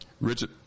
Richard